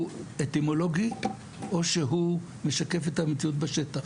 אטימולוגי או שהוא משקף את המציאות בשטח.